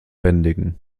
bändigen